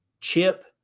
chip